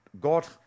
God